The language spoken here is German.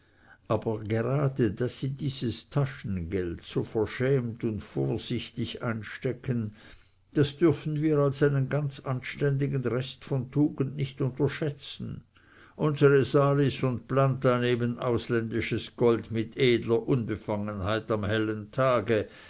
aber gerade daß sie dieses taschengeld so verschämt und vorsichtig einstecken das dürfen wir als einen ganz anständigen rest von tugend nicht unterschätzen unsre salis und planta nehmen ausländisches gold mit edler unbefangenheit am hellen tage